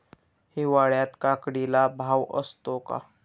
हिवाळ्यात काकडीला भाव असतो का?